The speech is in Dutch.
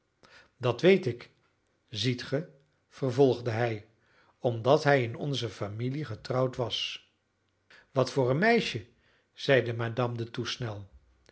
dat weet ik ziet ge vervolgde hij omdat hij in onze familie getrouwd was wat voor een meisje zeide madame de thoux snel